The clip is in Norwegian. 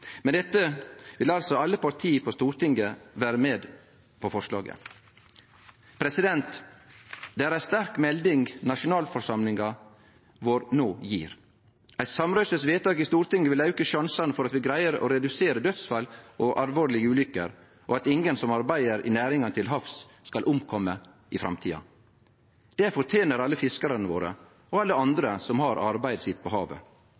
dette vil altså alle partia på Stortinget vere med på forslaget. Det er ei sterk melding nasjonalforsamlinga vår no gjev. Eit samrøystes vedtak i Stortinget vil auke sjansane for at vi greier å redusere dødsfall og alvorlege ulykker, og at ingen som arbeider i næringar til havs, skal omkome i framtida. Det fortener alle fiskarane våre og alle andre som har arbeidet sitt på havet.